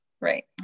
right